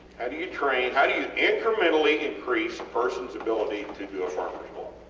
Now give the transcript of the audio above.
how do you train, how do you incrementally increase a persons ability to do a farmers walk?